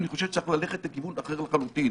ואני חושב שצריך ללכת לכיוון אחר לחלוטין.